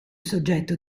soggetto